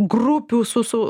grupių su su